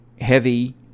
heavy